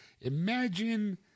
imagine